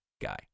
guy